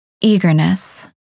Eagerness